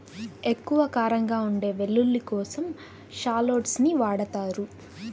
ఎక్కువ కారంగా ఉండే వెల్లుల్లి కోసం షాలోట్స్ ని వాడతారు